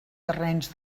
terrenys